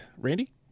Randy